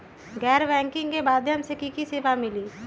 गैर बैंकिंग के माध्यम से की की सेवा मिली?